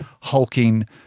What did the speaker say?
hulking